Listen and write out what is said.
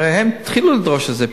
הרי הם התחילו לדרוש את זה,